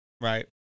right